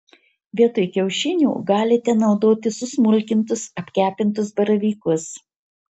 vietoj kiaušinių galite naudoti susmulkintus apkepintus baravykus